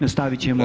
Nastavit ćemo